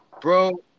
bro